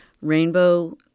rainbow